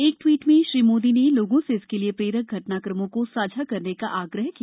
एक ट्वीट मेंए श्री मोदी ने लोगों से इसके लिए प्रेरक घटनाक्रमों को साझा करने का आग्रह किया